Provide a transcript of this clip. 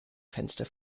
fenster